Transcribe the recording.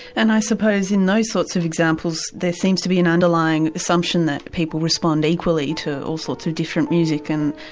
and i suppose in those sorts of examples there seems to be an underlying assumption that people respond equally to all sorts of different music and.